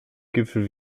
gipfel